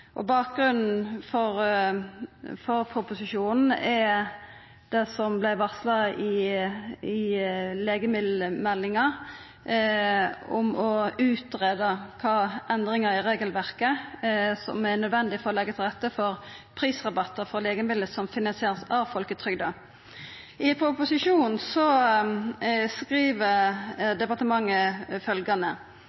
resept-ordninga. Bakgrunnen for proposisjonen er det som vart varsla i legemiddelmeldinga om å utgreia kva for endringar i regelverket som er nødvendige for å leggja til rette for prisrabattar for legemiddel som vert finansierte av folketrygda. I proposisjonen skriv